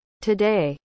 Today